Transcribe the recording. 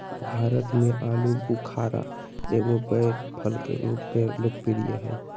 भारत में आलूबुखारा एगो बैर फल के रूप में लोकप्रिय हइ